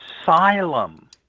asylum